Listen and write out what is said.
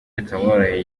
bitamworoheye